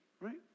right